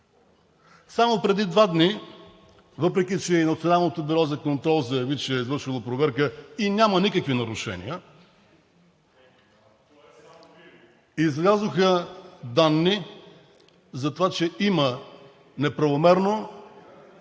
Само преди два дни, въпреки че и Националното бюро за контрол заяви, че е извършило проверка и няма никакви нарушения, излязоха данни за това, че има неправомерно